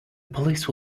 police